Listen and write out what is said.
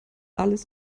alles